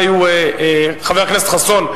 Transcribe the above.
חבר הכנסת חסון,